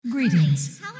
Greetings